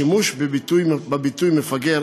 הביטוי מפגר